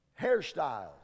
Hairstyles